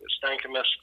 ir stenkimės